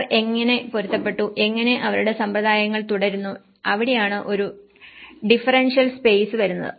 അവർ എങ്ങനെ പൊരുത്തപ്പെട്ടു എങ്ങനെ അവരുടെ സമ്പ്രദായങ്ങൾ തുടരുന്നു അവിടെയാണ് ഒരു ഡിഫറൻഷ്യൽ സ്പേസ് വരുന്നത്